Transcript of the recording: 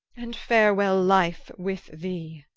and farewell life with thee